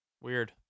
Weird